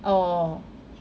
orh